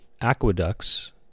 Aqueducts